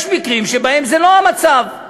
יש מקרים שבהם זה לא המצב,